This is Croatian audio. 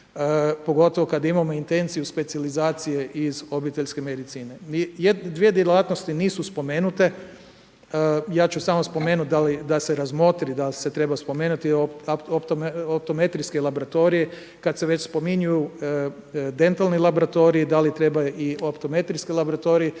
pogotovo kada imamo intenciju specijalizacije iz obiteljske medicine. Dvije djelatnosti nisu spomenute, ja ću samo spomenuti da se razmotri da li se treba spomenuti optometrijski laboratorij, kada se već spominju dentalni laboratoriji, da li trebaju i optometrijski laboratoriji